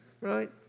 Right